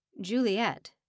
Juliet